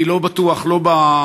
אני לא בטוח לא בהכחשה,